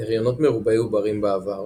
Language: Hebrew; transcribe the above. הריונות מרובי עוברים בעבר